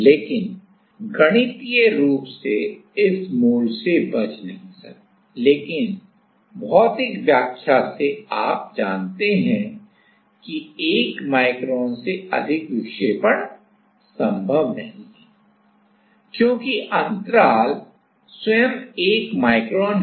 लेकिन गणितीय रूप से इस मूल से बच नहीं सकते हैं लेकिन भौतिक व्याख्या से आप जानते हैं कि 1 माइक्रोन से अधिक विक्षेपण संभव नहीं है क्योंकि अंतराल स्वयं 1 माइक्रोन है